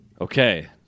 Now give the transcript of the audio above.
Okay